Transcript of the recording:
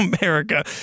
America